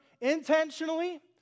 intentionally